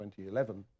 2011